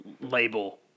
label